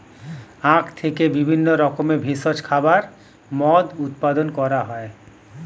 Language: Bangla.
আখ থেকে বিভিন্ন রকমের ভেষজ খাবার, মদ্য উৎপাদন করা হয়